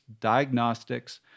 diagnostics